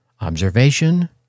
observation